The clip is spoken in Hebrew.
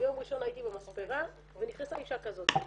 ביום ראשון הייתי במספרה ונכנסה אשה כזאת,